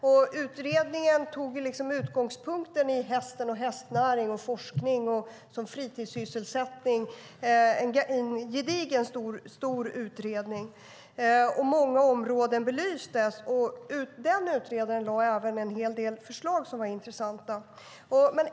Utredningen tog utgångspunkt i hästen och hästnäringen, i forskning och i fritidssysselsättning - det var en gedigen och stor utredning och många områden belystes. Utredaren lade även fram en hel del förslag som var intressanta.